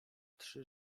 trzy